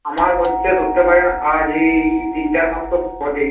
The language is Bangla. আমার হচ্ছে ধরতে পারেন আজ এই তিন চার মাস তো বটেই